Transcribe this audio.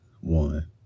One